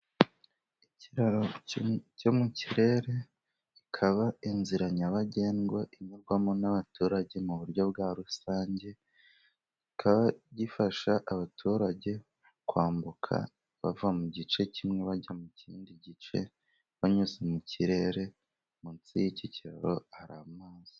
Ikiraro cyo mu kirere kikaba inzira nyabagendwa inyurwamo n'abaturage mu buryo bwa rusange, kiikaba gifasha abaturage kwambuka bava mu gice kimwe bajya mu kindi gice, banyuze mu kirere, munsi y'iki kiraro hari amazi.